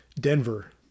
Denver